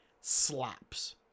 slaps